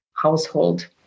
household